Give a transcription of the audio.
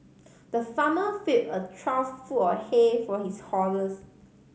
the farmer filled a trough full of hay for his horses